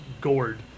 gourd